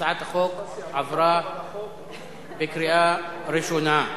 הצעת החוק עברה בקריאה ראשונה,